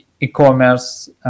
e-commerce